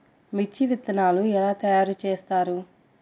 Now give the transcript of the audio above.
మిర్చి విత్తనాలు ఎలా తయారు చేస్తారు?